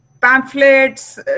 pamphlets